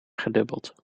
gedubbeld